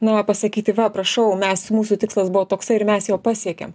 nu va pasakyti va prašau mes mūsų tikslas buvo toksai ir mes jo pasiekėm